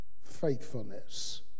faithfulness